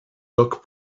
doc